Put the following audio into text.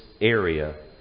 area